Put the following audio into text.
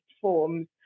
forms